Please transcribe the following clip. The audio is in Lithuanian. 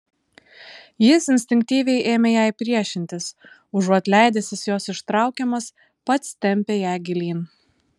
jis instinktyviai ėmė jai priešintis užuot leidęsis jos ištraukiamas pats tempė ją gilyn